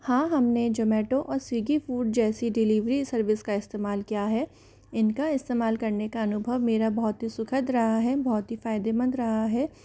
हाँ हमने जोमेटो और स्विग्गी फ़ूड जैसी डिलीवर सर्विस का इस्तेमाल किया है इनका इस्तेमाल करने का अनुभव मेरा बहुत ही सुखद रहा है बहुत ही फ़ायदेमंद रहा है